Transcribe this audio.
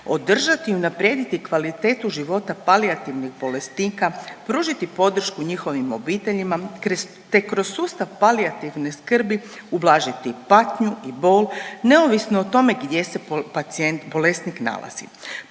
održati i unaprijediti kvalitetu životu palijativnih bolesnika, pružiti podršku njihovim obiteljima, te kroz sustav palijativne skrbi ublažiti patnju i bol neovisno o tome gdje se pacijent bolesnik nalazi.